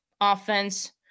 offense